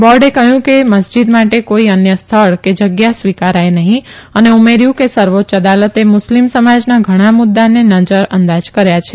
બોર્ડે કહયું કે મસ્જીદ માટે કોઇ અન્ય સ્થળ કે જગ્યા સ્વીકારાય નહી અને ઉમેર્યુ કે સર્વોચ્ય અદાલતે મુસ્લિમ સમાજના ઘણા મુદ્દાને નજર અંદાજ કર્યા છે